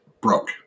broke